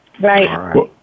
Right